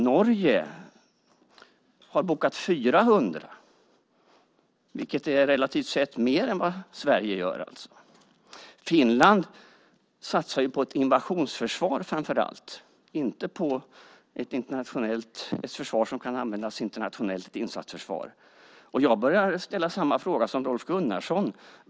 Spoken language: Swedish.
Norge har bokat 400, vilket är relativt sett mer än vad Sverige gör. Finland satsar framför allt på ett invasionsförsvar och inte på ett försvar som kan användas internationellt som ett insatsförsvar. Jag ska ställa samma fråga som Rolf Gunnarsson.